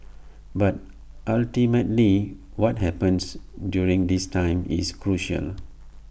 but ultimately what happens during this time is crucial